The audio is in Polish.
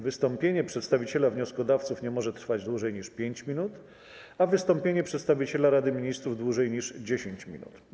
Wystąpienie przedstawiciela wnioskodawców nie może trwać dłużej niż 5 minut, a wystąpienie przedstawiciela Rady Ministrów - dłużej niż 10 minut.